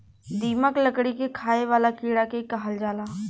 दीमक, लकड़ी के खाए वाला कीड़ा के कहल जाला